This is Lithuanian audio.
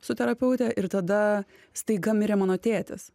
su terapeute ir tada staiga mirė mano tėtis